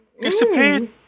disappeared